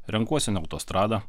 renkuosi ne autostradą